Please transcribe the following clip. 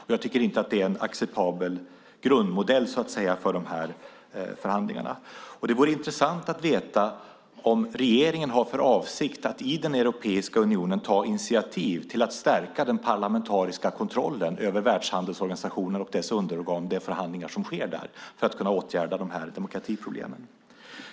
Det är inte en acceptabel grundmodell för förhandlingarna. Det vore intressant att veta om regeringen har för avsikt att i Europeiska unionen ta initiativ till att stärka den parlamentariska kontrollen över Världshandelsorganisationen och dess underorgan och de förhandlingar som sker där för att kunna åtgärda demokratiproblemen.